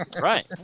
Right